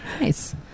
Nice